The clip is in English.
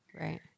Right